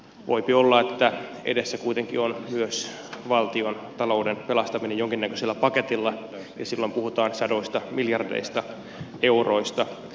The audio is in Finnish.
voipi olla että edessä kuitenkin on myös valtion talouden pelastaminen jonkinnäköisellä paketilla ja silloin puhutaan sadoista miljardeista euroista